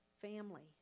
family